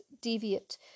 deviate